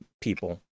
People